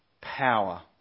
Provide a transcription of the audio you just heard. power